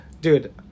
Dude